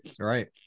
right